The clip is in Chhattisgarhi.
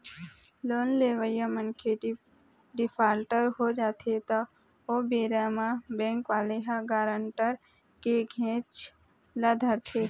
लोन लेवइया मनखे डिफाल्टर हो जाथे त ओ बेरा म बेंक वाले ह गारंटर के घेंच ल धरथे